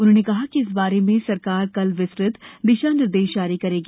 उन्होंने कहा कि इस बारे में सरकार कल विस्तृत दिशा निर्देश जारी करेगी